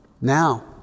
now